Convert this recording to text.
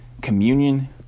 communion